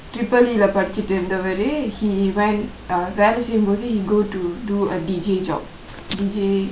triple E படிச்சுட்டு இருந்தவரு:padichuttu irunthavaru he went uh வேல செய்யும்போது:vela seiyumpothu he go to do a D_J job D_J